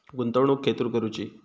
गुंतवणुक खेतुर करूची?